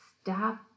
stop